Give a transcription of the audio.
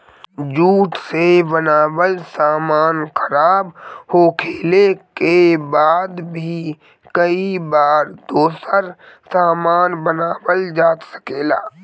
jute से बनल सामान खराब होखले के बाद भी कई बार दोसर सामान बनावल जा सकेला